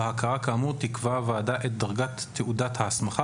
בהכרה כאמור תקבע הוועדה את דרגת תעודת ההסמכה